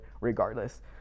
regardless